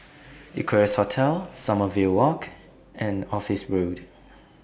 Equarius Hotel Sommerville Walk and Office Road